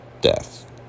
death